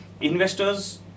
Investors